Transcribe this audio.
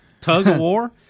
Tug-of-war